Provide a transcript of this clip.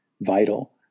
vital